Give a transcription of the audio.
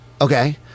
Okay